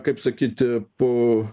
kaip sakyti po